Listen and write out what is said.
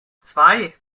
zwei